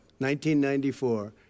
1994